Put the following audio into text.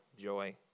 joy